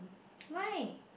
why